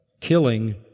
killing